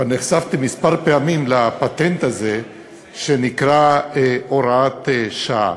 כבר נחשפתי כמה פעמים לפטנט הזה שנקרא הוראת שעה.